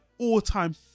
all-time